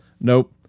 nope